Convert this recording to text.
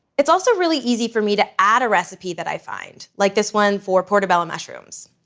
it's also really easy for me to add a recipe that i find, like this one for portobello mushrooms.